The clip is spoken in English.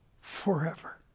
forever